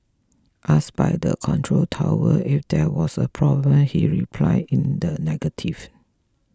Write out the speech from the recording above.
asked by the control tower if there was a problem he replied in the negative